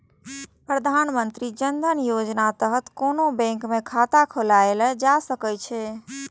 प्रधानमंत्री जन धन योजनाक तहत कोनो बैंक मे खाता खोलाएल जा सकै छै